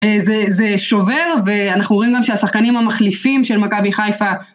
זה שובר, ואנחנו רואים גם שהשחקנים המחליפים של מכבי חייפה...